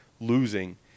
losing